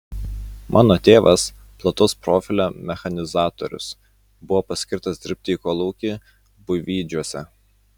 mano tėvas plataus profilio mechanizatorius buvo paskirtas dirbti į kolūkį buivydžiuose